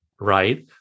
right